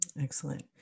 Excellent